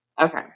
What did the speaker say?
Okay